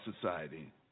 society